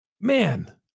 Man